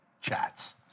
chats